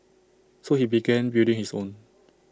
so he began building his own